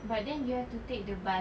but then you have to take the bus